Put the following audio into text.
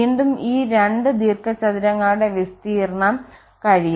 വീണ്ടും ഈ രണ്ട് ദീർഘചതുരങ്ങളുടെ വിസ്തീർണ്ണം കഴിയും